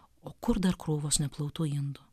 o kur dar krūvos neplautų indų